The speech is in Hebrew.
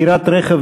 (הארכת תקופת